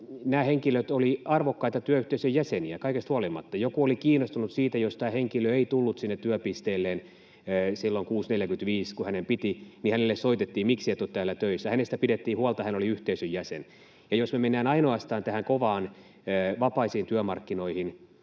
Nämä henkilöt olivat arvokkaita työyhteisön jäseniä kaikesta huolimatta. Joku oli kiinnostunut siitä, jos tämä henkilö ei tullut työpisteelleen silloin 6.45, kun hänen piti, ja hänelle soitettiin, miksi et ole töissä. Hänestä pidettiin huolta, ja hän oli yhteisön jäsen. Jos me mennään ainoastaan näihin koviin vapaisiin työmarkkinoihin,